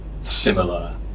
similar